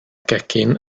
gegin